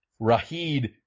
Rahid